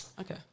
okay